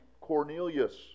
Cornelius